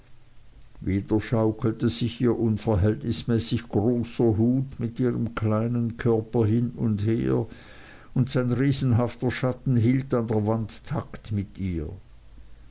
wieder schaukelte sich ihr unverhältnismäßig großer hut mit ihrem kleinen körper hin und her und sein riesenhafter schatten hielt an der wand takt mit ihr